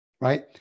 right